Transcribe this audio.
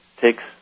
takes